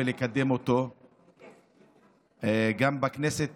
גם בכנסת